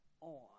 on